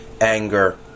anger